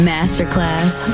Masterclass